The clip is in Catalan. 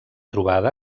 trobada